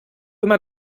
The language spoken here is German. immer